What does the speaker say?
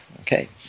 okay